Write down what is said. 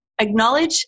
acknowledge